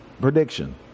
Prediction